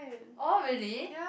orh really